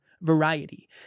variety